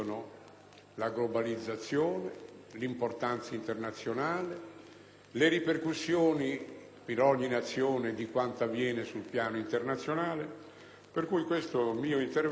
le ripercussioni in ogni Nazione di quanto avviene sul piano internazionale. Pertanto, questo mio intervento inizia con l'esortazione di prestare maggiore attenzione